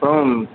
அப்புறோம்